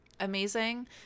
amazing